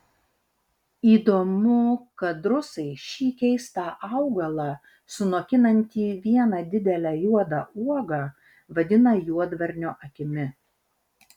įdomu kad rusai šį keistą augalą sunokinantį vieną didelę juodą uogą vadina juodvarnio akimi